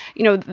you know.